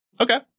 Okay